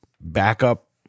backup